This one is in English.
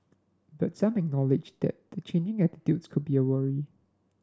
but some acknowledged that the changing attitudes could be a worry